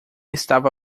estava